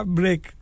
break